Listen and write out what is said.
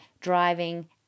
driving